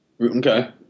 Okay